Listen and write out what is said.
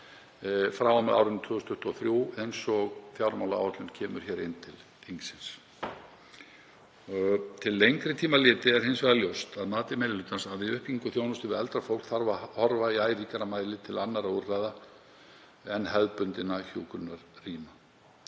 frá og með árinu 2023, eins og fjármálaáætlun kemur hér inn til þingsins. Til lengri tíma litið er hins vegar ljóst að mati meiri hlutans að við uppbyggingu þjónustu við eldra fólk þarf að horfa í æ ríkara mæli til annarra úrræða en hefðbundinna hjúkrunarrýma.